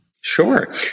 Sure